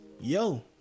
yo